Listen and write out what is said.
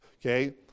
Okay